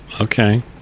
Okay